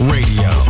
Radio